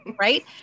right